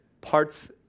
parts